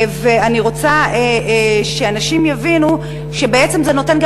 אני רוצה שאנשים יבינו שבעצם זה נותן גם